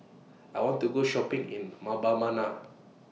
I want to Go Shopping in Mbabana